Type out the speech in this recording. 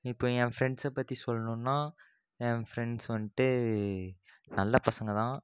இப்போது என் பிரெண்ட்ஸை பற்றி சொல்லணும்னா என் ஃபிரெண்ட்ஸ் வந்துட்டு நல்ல பசங்கள்தா